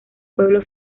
pueblo